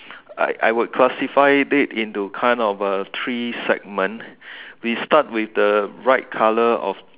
I would I would classify it into kind of a three segment we start with the right colour of